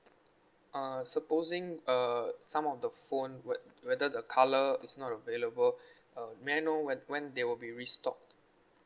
uh supposing uh some of the phone whe~ whether the colour is not available uh may I know when when they will be we restocked